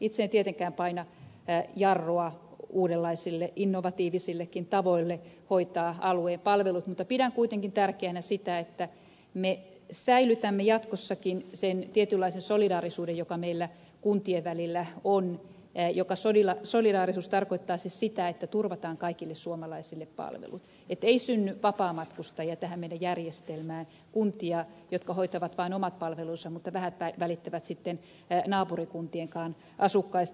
itse en tietenkään paina jarrua uudenlaisille innovatiivisillekin tavoille hoitaa alueen palvelut mutta pidän kuitenkin tärkeänä sitä että me säilytämme jatkossakin sen tietynlaisen solidaarisuuden joka meillä kuntien välillä on joka solidaarisuus tarkoittaa siis sitä että turvataan kaikille suomalaisille palvelut että ei synny vapaamatkustajia tähän meidän järjestelmään kuntia jotka hoitavat vain omat palvelunsa mutta vähät välittävät sitten naapurikuntien asukkaista